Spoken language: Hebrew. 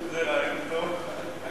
זה רעיון טוב.